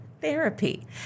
Therapy